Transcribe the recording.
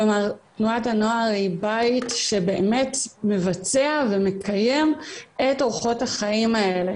כלומר תנועת הנוער היא בית שבאמת מבצע ומקיים את אורחות החיים האלה